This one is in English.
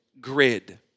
grid